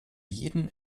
jeden